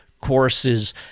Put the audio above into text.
courses